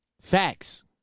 Facts